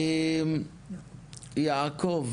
יעקב